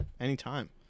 anytime